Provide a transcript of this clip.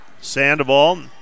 Sandoval